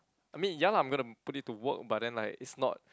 I mean ya lah I'm gonna put it to work but then like it's not